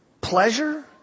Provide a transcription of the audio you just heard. Pleasure